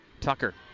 Tucker